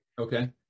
Okay